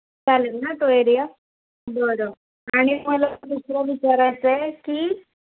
चालेल ना तो एरिया बरं आणि मला दुसरं विचारायचं आहे की